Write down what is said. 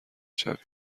شوید